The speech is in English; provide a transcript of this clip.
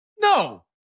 no